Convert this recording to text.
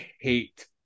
hate